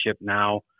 now